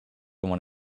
when